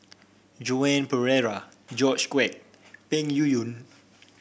Joan Pereira George Quek and Yuyun